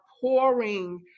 pouring